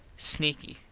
sneaky.